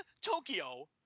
Tokyo